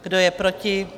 Kdo je proti?